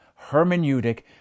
hermeneutic